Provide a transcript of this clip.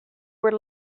were